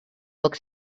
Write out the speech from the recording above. book